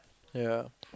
ya